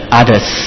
others